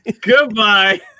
Goodbye